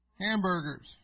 Hamburgers